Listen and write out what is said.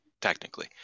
technically